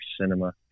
cinema